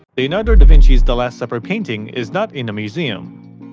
leonardo da vinci's the last supper painting is not in a museum.